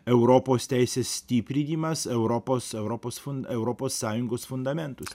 europos teisės stiprinimas europos europos fun europos sąjungos fundamentus